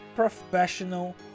professional